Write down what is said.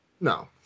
No